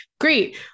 great